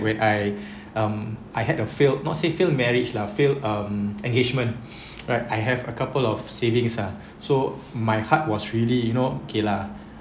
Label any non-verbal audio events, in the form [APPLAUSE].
when I [NOISE] um I had a failed not say failed in marriage lah fail um engagement [BREATH] right I have a couple of savings ah so my heart was really you know okay lah